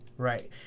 Right